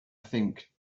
think